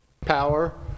power